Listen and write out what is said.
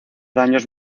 daños